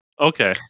Okay